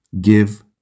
Give